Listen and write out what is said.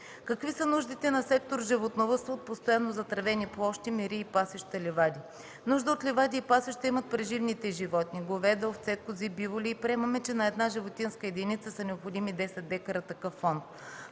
Какви са нуждите на сектор „Животновъдство” от постоянно затревени площи, мери, пасища и ливади? Нужда от ливади и пасища имат преживните животни – говеда, овце, кози, биволи и приемаме, че на една животинска единица са необходими 10 дка такъв фонд.